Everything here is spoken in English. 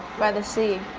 by the sea?